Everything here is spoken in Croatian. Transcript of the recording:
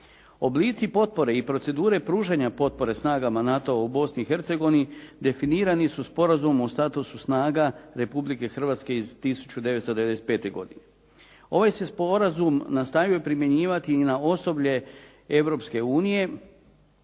Oblici potpore i procedure pružanja potpore snagama NATO Bosni i Hercegovini definirani su sporazumom o statusu snaga Republike Hrvatske iz 1995. godine. Ovaj se sporazum nastavio primjenjivati i na osoblje